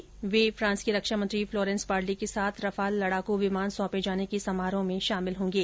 वे Merignac में France की रक्षामंत्री फ्लोरेंस पार्ली के साथ रफाल लडाकू विमान सौपें जाने के समारोह में शामिल होंगे